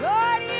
Lord